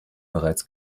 bereits